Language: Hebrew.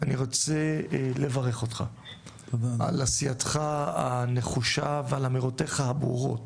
אני רוצה לברך אותך על עשייתך הנחושה ועל אמירותייך הברורות